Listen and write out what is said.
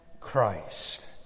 Christ